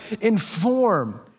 inform